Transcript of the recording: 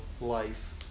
life